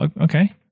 okay